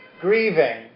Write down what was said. grieving